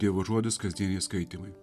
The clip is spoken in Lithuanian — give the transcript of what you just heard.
dievo žodis kasdieniai skaitymai